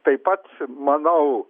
taip pat manau